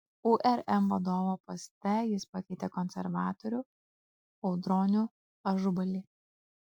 urm vadovo poste jis pakeitė konservatorių audronių ažubalį